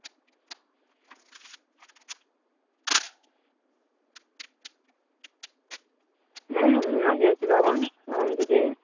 ᱦᱮᱸ ᱢᱮᱱᱟᱜ ᱜᱮᱭᱟ ᱪᱮᱫᱟᱜ ᱵᱟᱝ ᱟᱢ ᱡᱩᱫᱤ